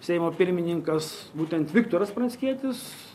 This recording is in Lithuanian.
seimo pirmininkas būtent viktoras pranckietis